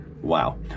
Wow